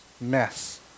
mess